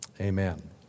Amen